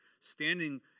standing